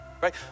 right